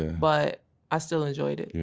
but i still enjoyed it.